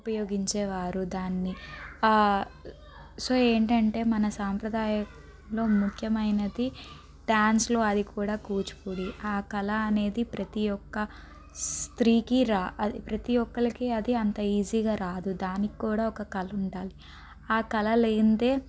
ఉపయోగించేవారు దాన్ని సో ఏంటంటే మన సాంప్రదాయంలో ముఖ్యమైనది డ్యాన్స్లు అది కూడా కూచిపూడి ఆ కళ అనేది ప్రతి ఒక్క స్త్రీకి ప్రతీ ఒక్కరికి అది అంత ఈజీగా రాదు దానికి కూడా ఒక కళ ఉండాలి ఆ కళ లేనిదే